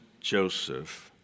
Joseph